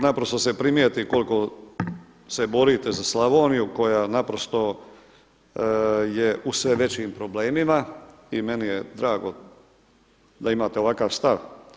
Naprosto se primijeti koliko se borite za Slavoniju koja naprosto je u sve većim problemima i meni je drago da imate ovakav stav.